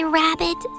rabbit